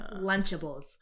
Lunchables